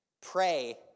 pray